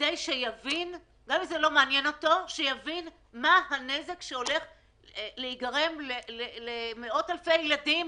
כדי שיבין מה הנזק שהולך להיגרם למאות אלפי ילדים,